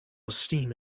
esteem